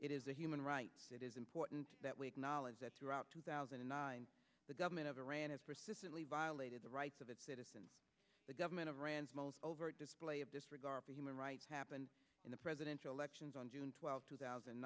it is a human rights it is important that we acknowledge that throughout two thousand and nine the government of iran has persistently violated the rights of its citizens the government of iran's most overt display of disregard for human rights happened in the presidential elections on june twelfth two thousand